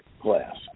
class